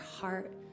heart